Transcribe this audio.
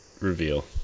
reveal